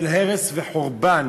של הרס וחורבן